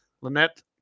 Lynette